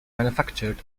manufactured